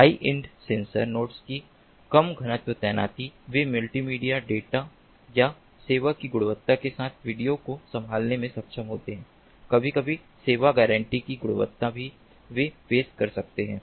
high end sensor nodes की कम घनत्व तैनाती वे मल्टीमीडिया डेटा या सेवा की गुणवत्ता के साथ वीडियो को संभालने में सक्षम होते हैं कभी कभी सेवा गारंटी की गुणवत्ता भी वे पेश कर सकते हैं